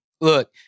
Look